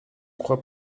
crois